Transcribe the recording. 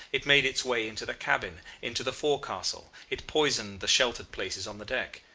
it made its way into the cabin, into the forecastle it poisoned the sheltered places on the deck,